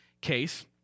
case